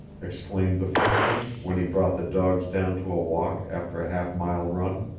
exclaimed the frenchman when he brought the dogs down to a walk after a half mile run.